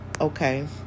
Okay